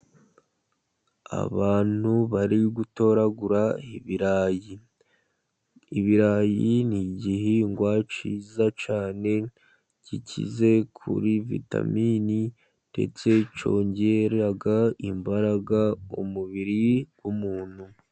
Abantu bari gutoragura ibirayi. Ibirayi ni igihingwa cyiza cyane gikize kuri vitamini ndetse cyongera imbaraga umubiri w'umuntu.